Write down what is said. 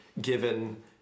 given